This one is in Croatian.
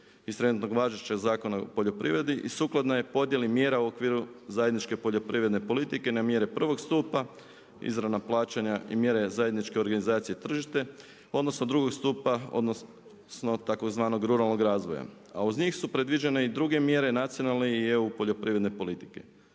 iz trenutno važećeg Zakona o poljoprivredi i sukladna je podjeli mjera u okviru zajedničke poljoprivredne politike na mjere prvog stupa, izravna plaćanja i mjere zajedničke organizacije tržište, odnosno drugog stupa odnosno tzv. ruralnog razvoja. A uz njih su predviđene i druge mjere nacionalne i EU poljoprivredne politike.